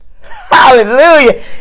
Hallelujah